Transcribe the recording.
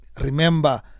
remember